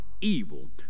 evil